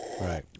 right